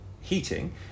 heating